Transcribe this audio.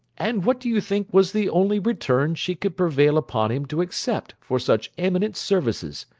and what do you think was the only return she could prevail upon him to accept for such eminent services?